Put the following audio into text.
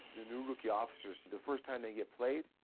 the new rookie officers, the first time they get played,